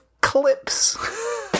clips